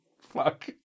Fuck